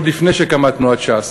עוד לפני שקמה תנועת ש"ס